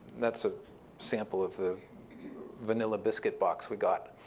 that's a sample of the vanilla biscuit box we got.